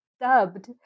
dubbed